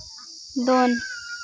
ᱫᱚᱱ